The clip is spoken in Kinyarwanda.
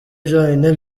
byonyine